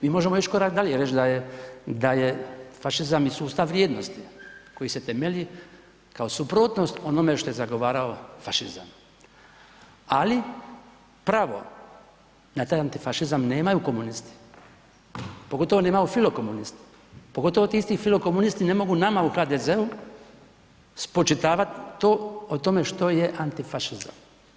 Mi možemo ić korak dalje i reć da je, da je fašizam i sustav vrijednosti koji se temelji kao suprotnost onome što je zagovarao fašizam, ali pravo na taj antifašizam nemaju komunisti, pogotovo nemaju filo komunisti, pogotovo ti isti filo komunisti ne mogu nama u HDZ-u spočitavat to, o tome što je antifašizam.